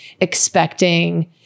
expecting